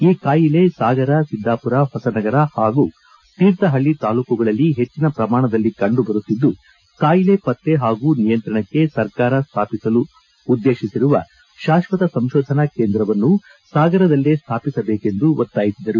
ಈ ಕಾಯಿಲೆ ಸಾಗರ ಸಿದ್ದಾಮರ ಹೊಸನಗರ ಹಾಗೂ ತೀರ್ಥಪಳ್ಳಿ ತಾಲೂಕುಗಳಲ್ಲಿ ಹೆಚ್ಚಿನ ಪ್ರಮಾಣದಲ್ಲಿ ಕಂಡು ಬರುತ್ತಿದ್ದು ಕಾಯಿಲೆ ಪತ್ತೆ ಹಾಗೂ ನಿಯಂತ್ರಣಕ್ಕೆ ಸರ್ಕಾರ ಸ್ವಾಪಿಸಲು ಉದ್ದೇಶಿಸಿರುವ ಶಾಶ್ವತ ಸಂಶೋಧನಾ ಕೇಂದ್ರವನ್ನು ಸಾಗರದಲ್ಲೇ ಸ್ವಾಪಿಸಬೇಕೆಂದು ಒತ್ತಾಯಿಸಿದರು